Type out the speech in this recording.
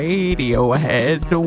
Radiohead